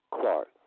Clark